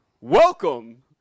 Welcome